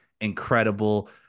incredible